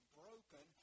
broken